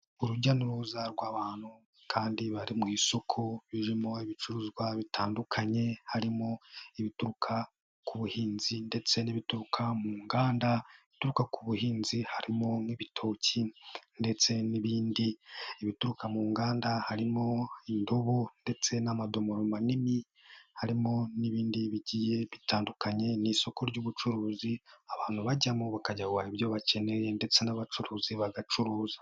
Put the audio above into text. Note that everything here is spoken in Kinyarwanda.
Urujya n'uruza rw'abantu kandi bari mu isoko, ririmo ibicuruzwa bitandukanye, harimo ibituruka ku buhinzi ndetse n'ibituruka mu nganda, ibituruka ku buhinzi harimo nk'ibitoki ndetse n'ibindi bituruka mu nganda, harimo indobo ndetse n'amadomoro manini, harimo n'ibindi bigiye bitandukanye. Ni isoko ry'ubucuruzi, abantu bajyamo, bakajya kugura ibyo bakeneye ndetse n'abacuruzi bagacuruza.